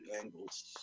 Angles